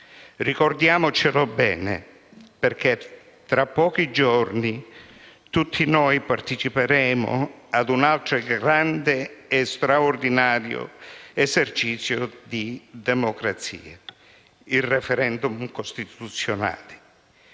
Ricordiamocelo bene, perché tra pochi giorni tutti noi parteciperemo a un altro grande e straordinario esercizio di democrazia: il *referendum* costituzionale.